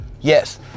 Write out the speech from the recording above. Yes